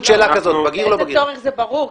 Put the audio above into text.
לאיזה צורך זה ברור,